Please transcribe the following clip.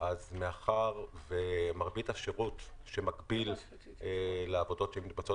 אז מאחר שמרבית השירות מקביל לעבודות שמתבצעות